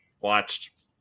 watched